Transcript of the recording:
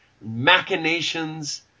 machinations